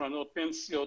קרנות פנסיה,